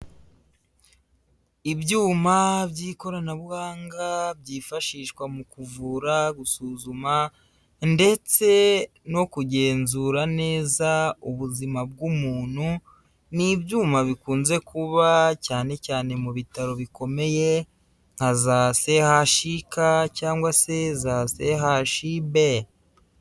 Ibyuma by'ikoranabuhanga byifashishwa mu kuvura, gusuzuma ndetse no kugenzura neza ubuzima bw'umuntu, ni ibyuma bikunze kuba cyane cyane mu bitaro bikomeye nka za CHUK cyangwa CHUB.